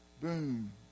Boom